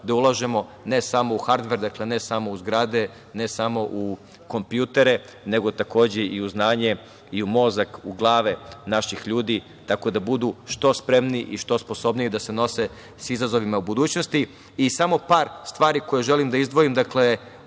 da ulažemo ne samo u hardver, dakle ne samo u zgrade, ne samo u kompjutere, nego takođe i u znanje i u mozak, u glave naših ljudi, tako da budu što spremniji i sposobniji da se nose sa izazovima u budućnosti. Samo par stvari koje želim da izdvojim. Dakle,